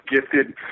gifted